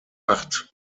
acht